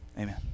Amen